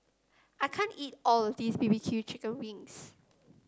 I can't eat all of this B B Q Chicken Wings